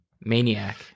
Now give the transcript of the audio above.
maniac